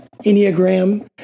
Enneagram